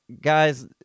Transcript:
guys